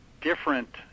different